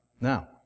Now